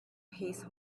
his